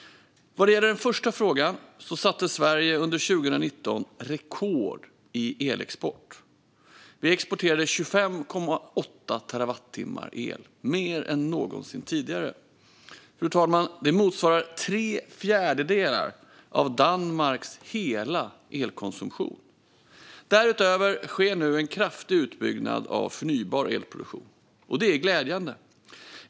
Vad gäller den första frågan satte Sverige under 2019 rekord i elexport. Vi exporterade 25,8 terawattimmar el, mer än någonsin tidigare. Fru talman! Det motsvarar tre fjärdedelar av Danmarks hela elkonsumtion. Därutöver sker nu en kraftig utbyggnad av förnybar elproduktion. Det är glädjande!